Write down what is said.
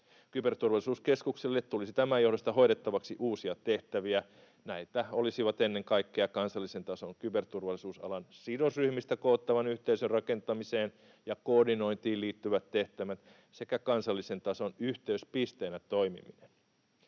Kyberturvallisuuskeskukselle tulisi tämän johdosta hoidettavaksi uusia tehtäviä. Näitä olisivat ennen kaikkea kansallisen tason kyberturvallisuusalan sidosryhmistä koottavan yhteisön rakentamiseen ja koordinointiin liittyvät tehtävät sekä kansallisen tason yh-teyspisteenä toimiminen.